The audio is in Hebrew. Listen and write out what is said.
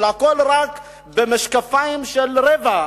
שהכול רק במשקפיים של רווח,